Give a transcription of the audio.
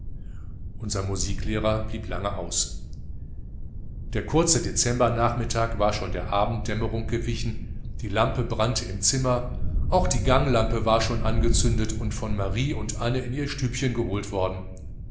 unser musiklehrer blieb lange aus der kurze dezembernachmittag war schon der abenddämmerung gewichen die lampe brannte im zimmer auch die ganglampe war schon angezündet und von marie und anne in ihr stübchen geholt worden